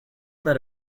that